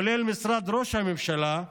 כולל משרד ראש הממשלה,